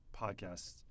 podcasts